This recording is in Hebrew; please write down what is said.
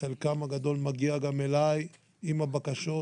וחלקם הגדול מגיע אליי עם הבקשות,